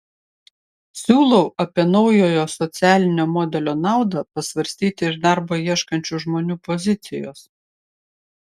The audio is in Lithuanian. siūlau apie naujojo socialinio modelio naudą pasvarstyti iš darbo ieškančių žmonių pozicijos